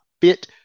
fit